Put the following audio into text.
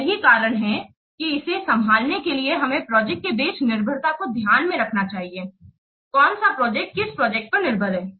तो यही कारण है कि इसे संभालने के लिए हमें प्रोजेक्ट के बीच निर्भरता को ध्यान में रखना चाहिए कौन सा प्रोजेक्ट किस प्रोजेक्ट पर निर्भर है